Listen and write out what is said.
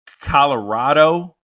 Colorado